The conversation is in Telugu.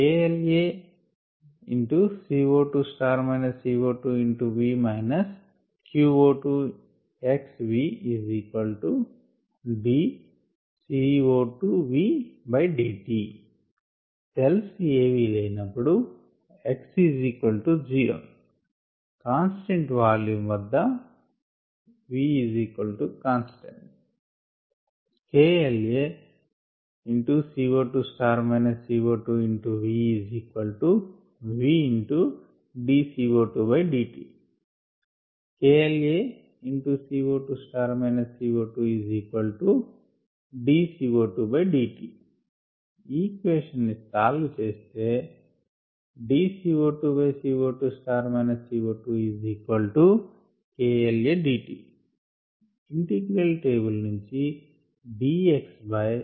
KLaCO2 CO2V qO2xVdCO2Vdt సెల్స్ ఏవి లేనప్పుడు x0 కాన్స్టెంట్ వాల్యూమ్ వద్ద V constant When no cells are present x0 at constant volume V constant KLaCO2 CO2VVdCO2dt KLaCO2 CO2dCO2dt equation ని సాల్వ్ చేస్తే dCO2CO2 CO2KLadt ఇంటిగ్రల్ టేబుల్ నుంచి dxa xకు ఇంటిగ్రల్ కావలి